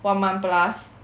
one month plus